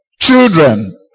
children